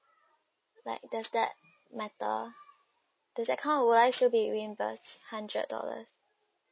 like does that matter does that count will I still be reimburse hundred dollar